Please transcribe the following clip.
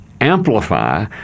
amplify